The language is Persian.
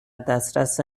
دسترس